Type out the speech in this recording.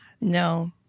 No